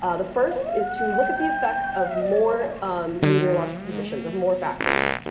ah the first is to look at the effects of more meteorological conditions, of more factors.